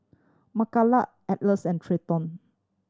Mckayla Atlas and Trenton